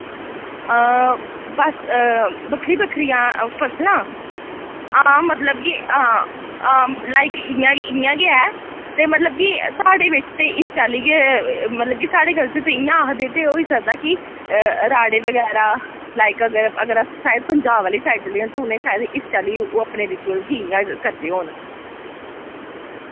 बस बक्खरी बक्खरियां फसलां हां मतलब कि हां हां लाइक इ'यां क इ'यां कै ते मतलब कि साढ़े विच ते इस चाल्ली गै मतलब कि साढ़े कल्चर ते इ'यां आखदे ते होई सकदा कि राड़े वगैरा लाइक अगर अगर अस शायद पंजाब आह्ली साइड चली यां ते उ'नै शायद इस चाल्ली ओह् अपने रिचुअलस गी इ'यां करदे होन